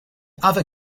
other